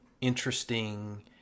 interesting